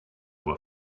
were